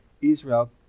Israel